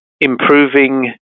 improving